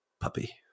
puppy